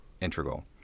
integral